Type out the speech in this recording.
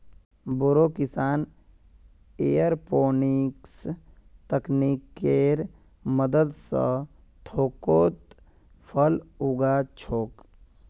बोरो किसान एयरोपोनिक्स तकनीकेर मदद स थोकोत फल उगा छोक